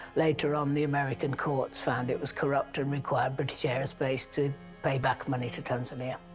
later on the american courts found it was corrupt and required british aerospace to pay back money to tanzania.